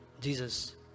Jesus